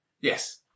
Yes